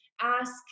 ask